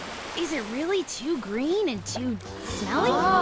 is it really too green, and too smelly?